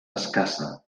escassa